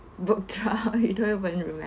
book drop you don't even remember